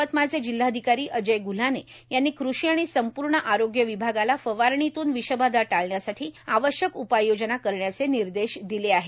यवतमाळचे जिल्हाधिकारी अजय गुल्हाने यांनी कृषी आणि संपूर्ण आरोग्य विभागाला फवारणीतून विषबाधा टाळण्यासाठी आवश्यक उपाययोजना करण्याचे निर्देश दिले आहे